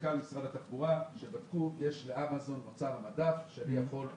סמנכ"ל משרד התחבורה שבדקו ויש לאמזון מוצר מדף שאני יכול לרכוש.